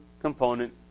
component